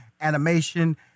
animation